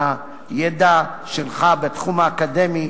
על הידע שלך בתחום האקדמי,